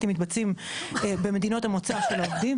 מתבצעים במדינות המוצא של העובדים.